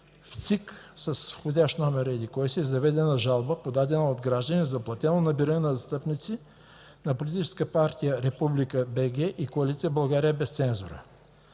имам и входящ номер, е заведена жалба, подадена от граждани за платено набиране на застъпници на Политическа партия „Република БГ” и Коалиция „България без цензура”.